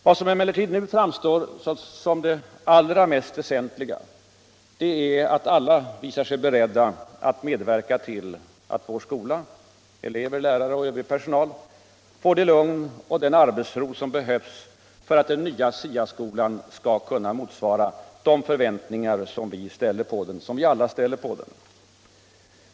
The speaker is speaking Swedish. Vad som emellertid nu framstår som det allra mest väsentliga är att alla visar sig beredda att medverka till att vår skola — elever, lärare och övrig personal — får det lugn och den arbetsro som behövs för att den nya SIA-skolan skall kunna motsvara de förväntningar som vi alla ställer på den.